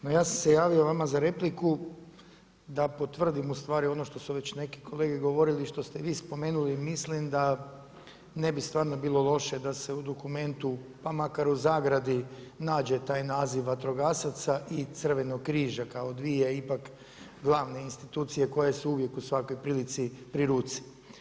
No ja sam se javio vama repliku da potvrdim ono što su već neke kolege govorili i što ste vi spomenuli i mislim da ne bi stvarno bilo loše da se u dokumentu, pa makar u zagradi nađe taj naziv vatrogasaca i Crvenog križa kao dvije ipak glavne institucije koje su uvijek u svakoj prilici pri ruci.